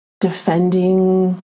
defending